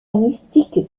mystique